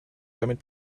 damit